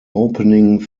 opening